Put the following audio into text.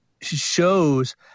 shows